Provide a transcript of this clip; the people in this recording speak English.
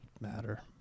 matter